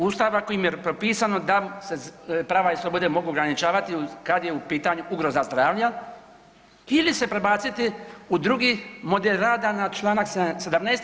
Ustava kojim je propisano da se prava i slobode mogu ograničavati kad je u pitanju ugroza zdravlja ili se prebaciti u drugi model rada na Članak 17.